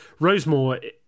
Rosemore